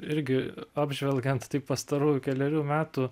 irgi apžvelgiant taip pastarųjų kelerių metų